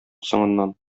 соңыннан